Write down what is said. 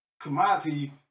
commodity